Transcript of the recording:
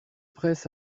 presse